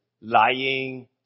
lying